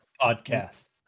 Podcast